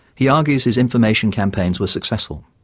he argues his information campaigns were successful.